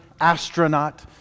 astronaut